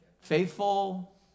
Faithful